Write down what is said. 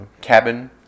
cabin